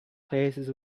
places